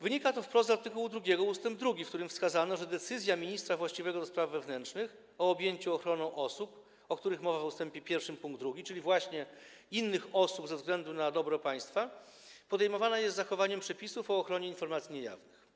Wynika to wprost z art. 2 ust. 2, w którym wskazano, że decyzja ministra właściwego do spraw wewnętrznych o objęciu ochroną osób, o których mowa w ust. 1 pkt 2, czyli właśnie innych osób, ze względu na dobro państwa podejmowana jest z zachowaniem przepisów o ochronie informacji niejawnych.